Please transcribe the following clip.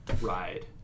ride